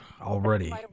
already